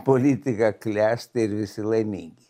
politika klesti ir visi laimingi